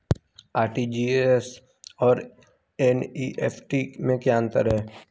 RTGS और NEFT में क्या अंतर है?